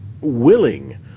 willing